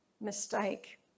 mistake